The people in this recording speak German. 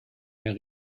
mehr